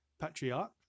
Patriarch